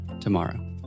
tomorrow